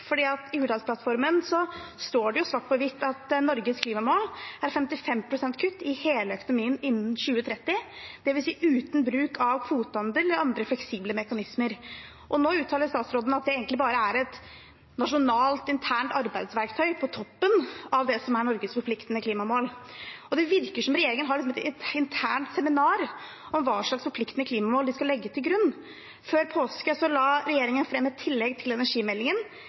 i Hurdalsplattformen står det svart på hvitt at Norges klimamål er 55 pst. kutt i hele økonomien innen 2030, dvs. uten bruk av kvotehandel eller andre fleksible mekanismer. Nå uttaler statsråden at det egentlig bare er et nasjonalt, internt arbeidsverktøy på toppen av det som er Norges forpliktende klimamål, og det virker som om regjeringen har et internt seminar om hva slags forpliktende klimamål de skal legge til grunn. Før påske la regjeringen fram et tillegg til energimeldingen.